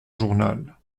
journal